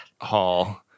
hall